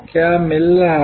क्या मिल रहा है